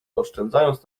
oszczędzając